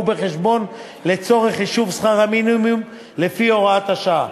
בחשבון לצורך חישוב שכר המינימום לפי הוראת השעה.